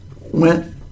went